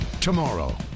Tomorrow